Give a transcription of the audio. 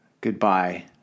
Goodbye